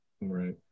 right